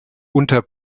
unter